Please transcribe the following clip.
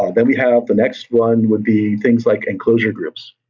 um then we have, the next one would be things like enclosure groups.